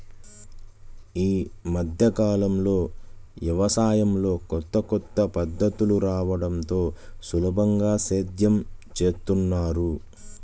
యీ మద్దె కాలంలో యవసాయంలో కొత్త కొత్త పద్ధతులు రాడంతో సులభంగా సేద్యం జేత్తన్నారు